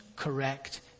correct